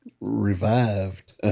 revived